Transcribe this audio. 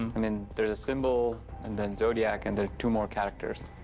i mean there's a symbol and then zodiac and then two more characters.